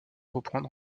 reprendre